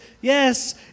Yes